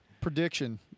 Prediction